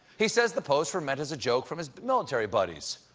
he says the posts were meant as a joke from his military buddies.